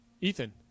Ethan